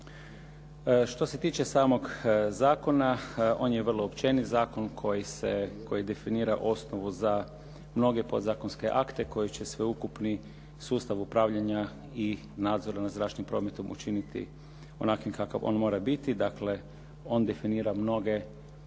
Što se tiče samog zakona, on je vrlo općenit. Zakon koji definira osnovu za mnoge podzakonske akte koji će sveukupni sustav upravljanja i nadzora nad zračnim prometom učiniti onakvim kakav on mora biti, dakle on definira mnoge podzakonske akte